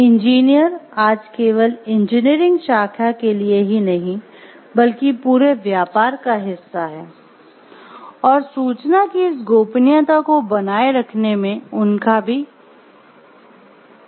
engineer आज केवल engineering शाखा के लिए ही नहीं बल्कि पूरे व्यापार का हिस्सा है और सूचना की इस गोपनीयता को बनाए रखने मे उनका भी का महत्व है